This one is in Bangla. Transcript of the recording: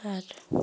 আর